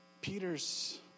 Peter's